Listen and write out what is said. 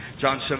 John